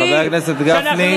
חבר הכנסת גפני.